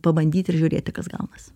pabandyti ir žiūrėti kas gaunas